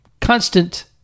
constant